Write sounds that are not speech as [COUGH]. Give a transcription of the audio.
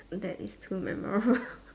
that is too memorable [LAUGHS]